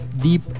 Deep